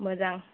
मोजां